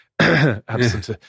absent